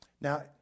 Now